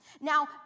Now